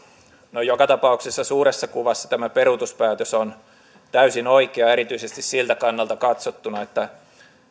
no joka tapauksessa suuressa kuvassa tämä peruutuspäätös on täysin oikea erityisesti siltä kannalta katsottuna että